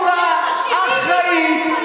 בצורה אחראית.